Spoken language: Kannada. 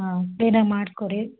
ಹಾಂ ಕ್ಲೀನ್ ಆಗಿ ಮಾಡಿಕೊಡಿ